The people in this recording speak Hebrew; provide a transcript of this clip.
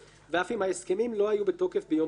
ואף אם ההסכמים לא היו בתוקף ביום התחילה.